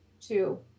Two